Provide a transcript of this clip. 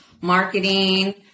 marketing